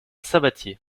sabatier